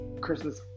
Christmas